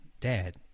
dad